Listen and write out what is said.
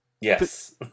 Yes